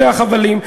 אלה החבלים,